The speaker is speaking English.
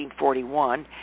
1941